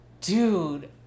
dude